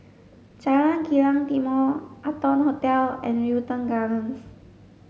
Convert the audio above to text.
Jalan Kilang Timor Arton Hotel and Wilton Gardens